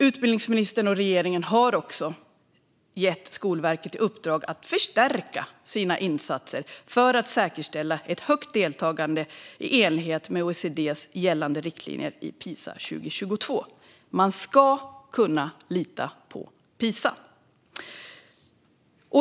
Utbildningsministern och regeringen har också gett Skolverket i uppdrag att förstärka sina insatser för att säkerställa ett högt deltagande i enlighet med OECD:s gällande riktlinjer i Pisa 2022. Man ska kunna lita på Pisa.